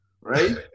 Right